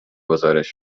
گزارش